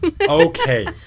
Okay